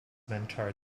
mentor